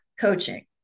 coaching